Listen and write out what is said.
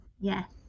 Yes